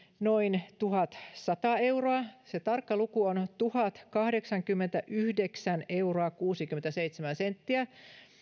noin tuhatsata euroa se tarkka luku on on tuhatkahdeksankymmentäyhdeksän euroa kuusikymmentäseitsemän senttiä